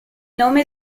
nome